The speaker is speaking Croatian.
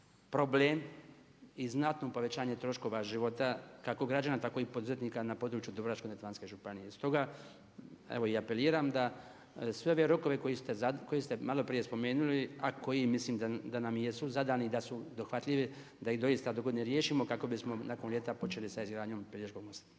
problem i znatno povećanje troškova života kako građana tako i poduzetnika na području Dubrovačko-neretvanske županije. Stoga apeliram da sve ove rokove koje ste malo prije spomenuli, a koji mislim da nam jesu zadani i da jesu dohvatljivi da ih doista dogodine riješimo kako bismo nakon ljeta počeli sa izgradnjom Peljškog mosta.